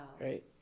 Right